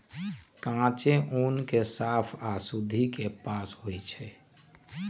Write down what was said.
कांचे ऊन के साफ आऽ शुद्धि से पास होइ छइ